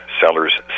seller's